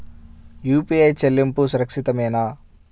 UPI చెల్లింపు సురక్షితమేనా?